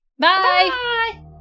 Bye